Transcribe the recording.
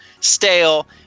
stale